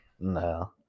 no